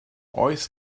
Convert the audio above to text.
oes